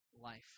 life